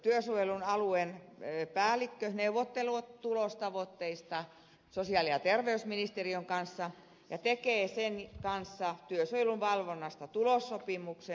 tämä työsuojelualueen päällikkö neuvottelee tulostavoitteista sosiaali ja terveysministeriön kanssa ja tekee sen kanssa työsuojelun valvonnasta tulossopimuksen